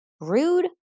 rude